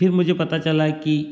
फिर मुझे पता चला कि